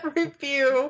review